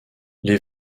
les